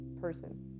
person